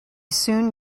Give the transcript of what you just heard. soon